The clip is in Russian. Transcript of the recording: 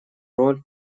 роль